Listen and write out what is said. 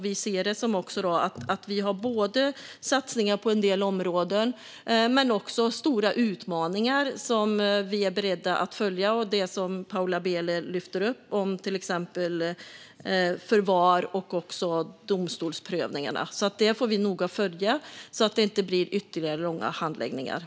Vi ser det som att vi har satsningar på en del områden men också stora utmaningar, som vi är beredda att följa. Det gäller till exempel det som Paula Bieler lyfter upp, det vill säga förvar och domstolsprövningar. Vi får noga följa det så att det inte blir ytterligare långa handläggningstider.